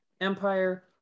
*Empire*